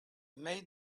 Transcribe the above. made